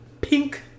pink